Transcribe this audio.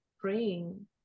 praying